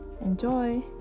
enjoy